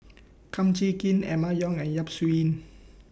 Kum Chee Kin Emma Yong and Yap Su Yin